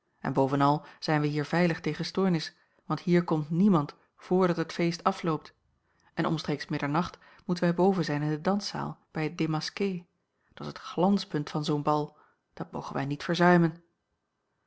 en bovenal zijn we hier veilig tegen stoornis want hier komt niemand vrdat het feest afloopt en a l g bosboom-toussaint langs een omweg omstreeks middernacht moeten wij boven zijn in de danszaal bij het démasqué dat's het glanspunt van zoo'n bal dat mogen wij niet